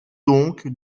donc